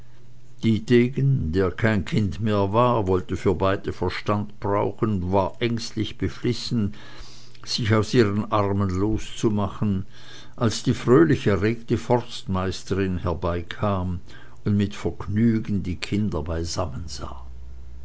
dietegen der kein kind mehr war wollte für beide verstand brauchen und war ängstlich beflissen sich aus ihren armen loszumachen als die fröhlich erregte forstmeisterin herbeikam und mit vergnügen die kinder beisammen sah